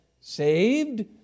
saved